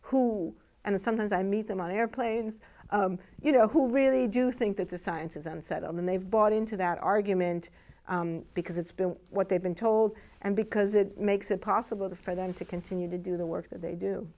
who and sometimes i meet them on airplanes you know who really do think that the science is unsettled and they've bought into that argument because it's been what they've been told and because it makes it possible for them to continue to do the work that they do